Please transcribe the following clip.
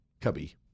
cubby